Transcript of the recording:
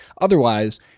Otherwise